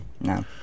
No